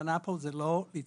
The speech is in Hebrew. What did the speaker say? הכוונה פה היא לא ליצור